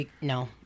No